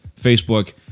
Facebook